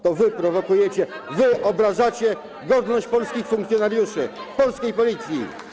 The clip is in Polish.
To wy prowokujecie, wy obrażacie godność polskich funkcjonariuszy, polskiej Policji.